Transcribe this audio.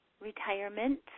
retirement